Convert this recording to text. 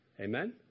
Amen